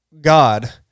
God